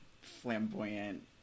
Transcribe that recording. flamboyant